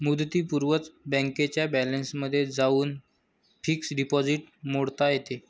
मुदतीपूर्वीच बँकेच्या बॅलन्समध्ये जाऊन फिक्स्ड डिपॉझिट मोडता येते